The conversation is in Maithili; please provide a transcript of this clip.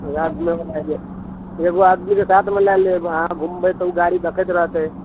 वएह एगो आदमीके साथमे लए लेब अहाँ घुमबै तऽ ओ गाड़ी देखैत रहतै